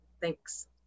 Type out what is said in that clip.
Thanks